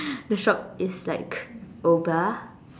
the shop is like oppa